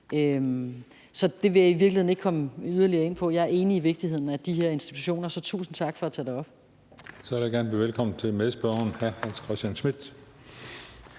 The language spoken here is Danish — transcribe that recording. Så det vil jeg i virkeligheden ikke komme yderligere ind på. Jeg er enig i vigtigheden af de her institutioner – så tusind tak for at tage det op. Kl. 18:21 Den fg. formand (Christian Juhl):